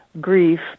grief